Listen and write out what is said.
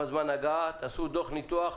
תעשו דוח ניתוח.